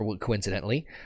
coincidentally –